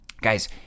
guys